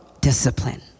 discipline